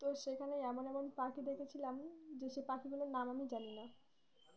তো সেখানে এমন এমন পাখি দেখেছিলাম যে সেই পাখিগুলোর নাম আমি জানি না